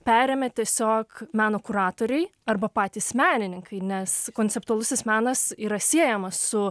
perėmė tiesiog meno kuratoriai arba patys menininkai nes konceptualusis menas yra siejamas su